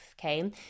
okay